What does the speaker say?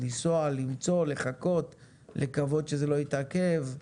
לנסוע, למצוא, לחכות, לקוות שזה לא יתעכב.